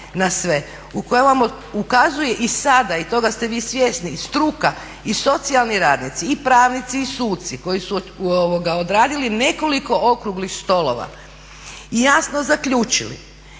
u kojem vam ukazuje i sada i toga ste vi svjesni i struka, i socijalni radnici i pravnici, i suci koji su odradili nekoliko okruglih stolova i jasno zaključili